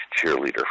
cheerleader